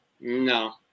No